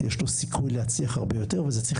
יש פה סיכוי להצליח הרבה יותר וזה צריך